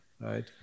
right